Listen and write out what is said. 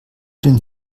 denn